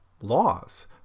laws